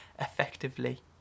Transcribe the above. effectively